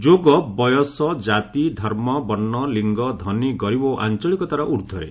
ଯୋଗ ବୟସ କାତି ଧର୍ମ ବର୍ଷ ଲିଙ୍ଗ ଧନୀ ଗରି ଓ ଆଞ୍ଚଳିକତାର ଉର୍ଦ୍ଧ୍ୱରେ